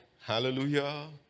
Hallelujah